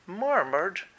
murmured